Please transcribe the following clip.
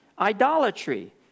idolatry